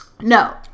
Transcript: No